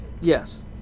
Yes